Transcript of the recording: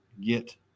get